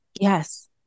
Yes